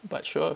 but sure